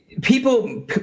people